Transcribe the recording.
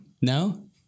No